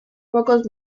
pocos